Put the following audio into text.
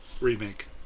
Remake